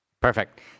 Perfect